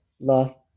lost